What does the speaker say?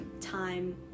time